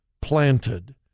planted